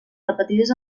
repetides